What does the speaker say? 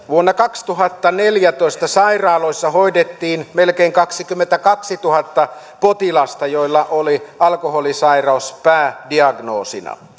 vuonna kaksituhattaneljätoista sairaaloissa hoidettiin melkein kaksikymmentäkaksituhatta potilasta joilla oli alkoholisairaus päädiagnoosina